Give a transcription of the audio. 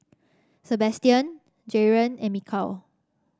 Sabastian Jaren and Mikal